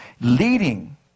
Leading